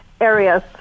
areas